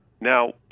Now